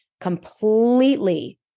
completely